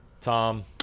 Tom